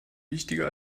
wichtiger